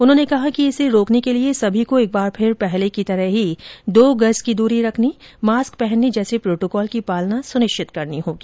उन्होंने कहा कि इसे रोकने के लिए सभी को एक बार फिर पहले की तरह ही दो गज की दूरी रखने मास्क पहनने जैसे प्रोटोकॉल की पालना सुनिश्चित करनी होगी